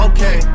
Okay